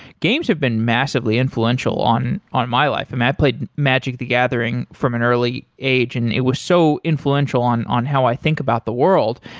games have been massively influential on on my life. and i played magic the gathering from an early age and it was so influential on on how i think about the world.